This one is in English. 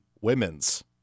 Women's